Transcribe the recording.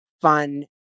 fun